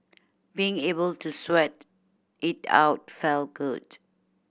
being able to sweat it out felt good